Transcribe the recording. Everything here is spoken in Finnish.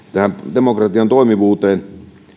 demokratian toimivuuteen